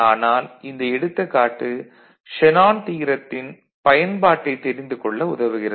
ஆனால் இந்த எடுத்துக்காட்டு ஷேனான் தியரத்தின் பயன்பாட்டை தெரிந்து கொள்ள உதவுகிறது